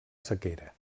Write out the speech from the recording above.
sequera